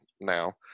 now